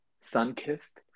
sun-kissed